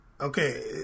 Okay